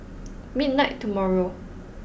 midnight tomorrow